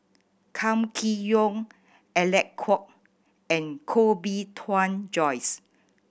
Kam Kee Yong Alec Kuok and Koh Bee Tuan Joyce